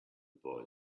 boy